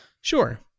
sure